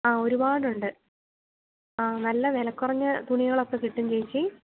ആ ഒരുപാടുണ്ട് ആ നല്ല വിലകുറഞ്ഞ തുണികളൊക്കെ കിട്ടും ചേച്ചി